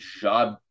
job